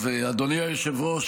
אדוני היושב ראש,